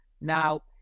now